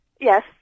Yes